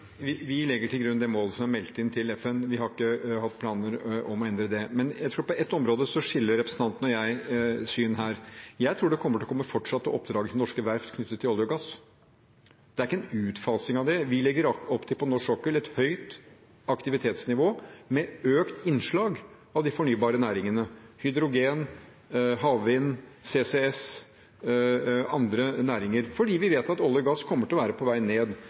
grunn det målet som er meldt inn til FN. Vi har ikke hatt planer om å endre det. Men jeg tror at på et område skiller representanten og jeg syn her. Jeg tror det fortsatt kommer til å komme oppdrag til norske verft knyttet til olje og gass. Det er ingen utfasing av det. Vi legger på norsk sokkel opp til et høyt aktivitetsnivå med økt innslag av de fornybare næringene – hydrogen, havvind, CCS og andre næringer – fordi vi vet at olje og gass kommer til å være på vei ned.